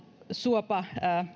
juopa